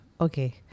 okay